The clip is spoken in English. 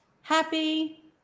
happy